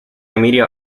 media